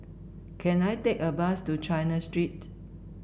can I take a bus to China Street